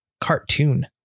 cartoon